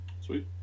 Sweet